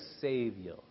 Savior